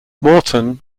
morton